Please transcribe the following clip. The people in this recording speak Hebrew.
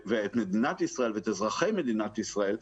מדינת ישראל ואזרחי מדינת ישראל.